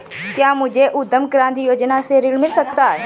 क्या मुझे उद्यम क्रांति योजना से ऋण मिल सकता है?